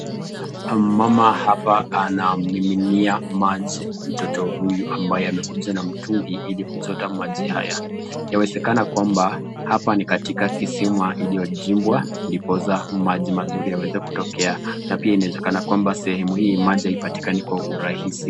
Mama hapa anamiminia maji mtoto huyu ambaye amekuja na mtungi ili kuchota maji haya, yawezekana kwamba hapa ni katika iliyochimbwa, ndiposa maji mazuri yaweze kutokea, na pia yawezekana kuwa eneo hii maji haipatikani kwa urahisi.